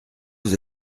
vous